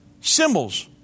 symbols